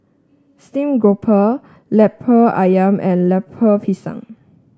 Steamed Grouper lemper ayam and Lemper Pisang